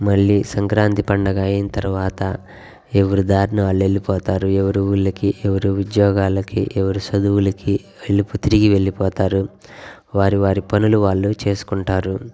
మళ్ళీ సంక్రాంతి పండగ అయిన తర్వాత ఎవరి దారిన వాళ్ళు వెళ్ళిపోతారు ఎవరూ ఊర్లకి ఎవరు ఉద్యోగాలకి ఎవరు చదువులకి వెళ్ళిపో తిరిగి వెళ్ళిపోతారు వారి వారి పనులు వాళ్ళు చేసుకుంటారు